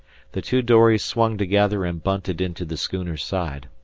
the two dories swung together and bunted into the schooner's side.